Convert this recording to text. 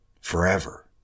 forever